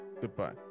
goodbye